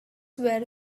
were